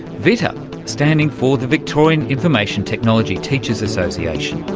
vitta standing for the victorian information technology teachers association.